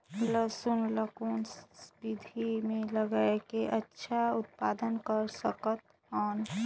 लसुन ल कौन विधि मे लगाय के अच्छा उत्पादन कर सकत हन?